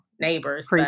Neighbors